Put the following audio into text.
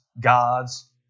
God's